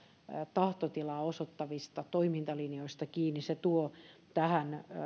tahtotilaa osoittavista toimintalinjoista kiinni se tuo tähän